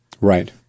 right